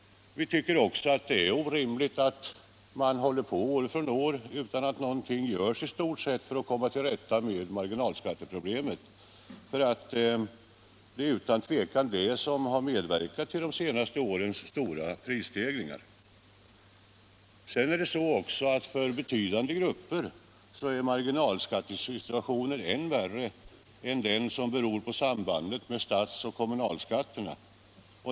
Vi tycker också att det är orimligt att man arbetar med detta år efter år utan att i stort sett någonting görs för att komma till rätta med marginalskatteproblemet. Det är utan tvivel det som har medverkat till de senaste årens stora prisstegringar. För betydande grupper är också marginaleffekten än värre än den som beror på sambandet med stats och kommunalskatterna.